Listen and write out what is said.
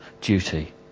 duty